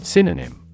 Synonym